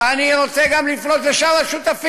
אני רוצה גם לפנות לשאר השותפים: